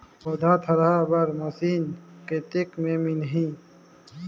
पौधा थरहा बर मशीन कतेक मे मिलही?